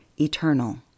eternal